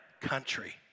country